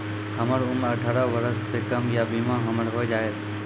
हमर उम्र अठारह वर्ष से कम या बीमा हमर हो जायत?